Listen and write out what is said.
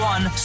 One